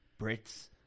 Brits